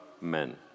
men